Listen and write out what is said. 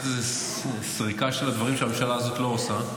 איזו סריקה של הדברים שהממשלה הזאת לא עושה,